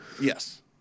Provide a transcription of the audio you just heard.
Yes